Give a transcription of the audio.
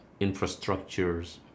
infrastructures